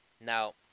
Now